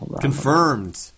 Confirmed